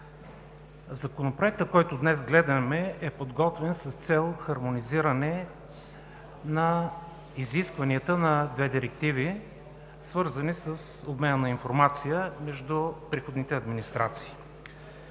Законопроектът, който гледаме днес, е подготвен с цел хармонизиране на изискванията на две директиви, свързани с обмена на информация между приходните администрации.